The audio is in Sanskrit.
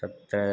तत्र